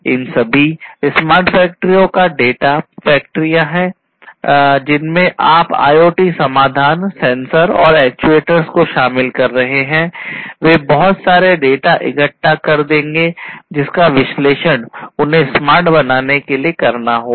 इन सभी स्मार्ट फैक्ट्रियों का डेटा फैक्ट्रियां हैं जिनमें आप IoT समाधान सेंसर और एक्चुएटर्स को शामिल कर रहे हैं वे बहुत सारे डेटा इकट्ठा कर देंगे जिसका विश्लेषण उन्हें स्मार्ट बनाने के लिए करना होगा